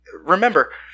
remember